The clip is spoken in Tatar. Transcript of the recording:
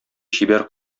чибәр